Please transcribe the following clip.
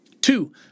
Two